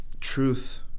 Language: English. truth